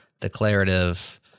declarative